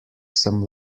sem